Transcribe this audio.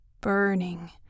burning